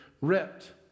ripped